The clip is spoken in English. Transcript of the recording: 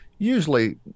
usually